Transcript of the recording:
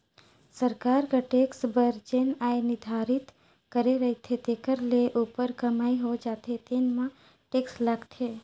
सरकार कर टेक्स बर जेन आय निरधारति करे रहिथे तेखर ले उप्पर कमई हो जाथे तेन म टेक्स लागथे